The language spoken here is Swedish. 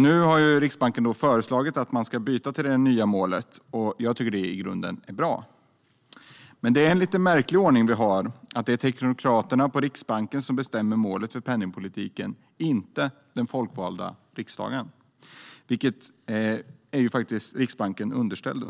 Nu har Riksbanken föreslagit att man ska byta till det nya målet. Jag tycker att det i grunden är bra. Men det är en lite märklig ordning vi har, att det är teknokraterna på Riksbanken som bestämmer målet för penningpolitiken, inte den folkvalda riksdagen, som Riksbanken faktiskt är underställd.